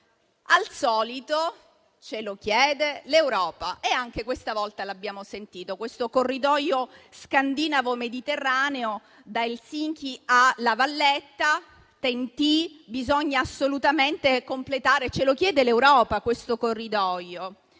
al solito che ce lo chiede l'Europa. Anche questa volta l'abbiamo sentito. Questo corridoio scandinavo mediterraneo, da Helsinki a La Valletta, TEN-T, bisogna assolutamente completarlo, perché questo corridoio